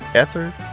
Ether